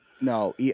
No